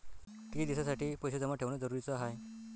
कितीक दिसासाठी पैसे जमा ठेवणं जरुरीच हाय?